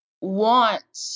want